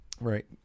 Right